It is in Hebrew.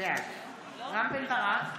בעד רם בן ברק,